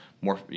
more